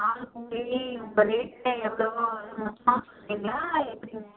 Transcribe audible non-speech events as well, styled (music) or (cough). ஆளு கூலி இப்போ ரேட்லாம் எவ்வளவோ (unintelligible) எப்படிங்க